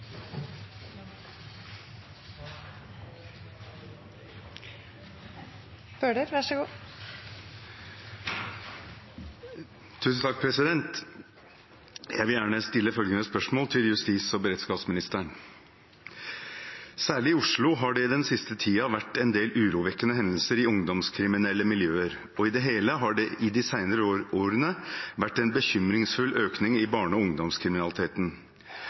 til justis- og beredskapsministeren: «Særlig i Oslo har det i den siste tida vært en del urovekkende hendelser i ungdomskriminelle miljøer, og i det hele har det i de senere årene vært en bekymringsfull økning i barne- og ungdomskriminaliteten.